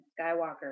Skywalker